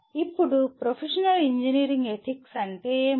ఇప్పుడు professional engineering ethics అంటే ఏమిటి